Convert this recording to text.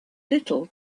little